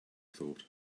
thought